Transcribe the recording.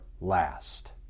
last